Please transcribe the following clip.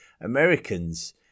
Americans